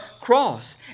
cross